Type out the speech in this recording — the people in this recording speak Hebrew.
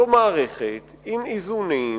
זו מערכת עם איזונים,